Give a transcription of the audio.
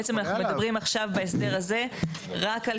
בעצם אנחנו מדברים עכשיו בהסדר הזה רק על